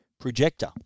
projector